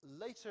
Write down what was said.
Later